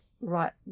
right